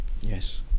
Yes